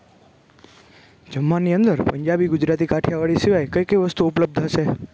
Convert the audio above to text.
જમવાની અંદર પંજાબી ગુજરાતી કાઠિયાવાડી સિવાય કઈ કઈ વસ્તુ ઉપલબ્ધ હશે